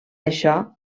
això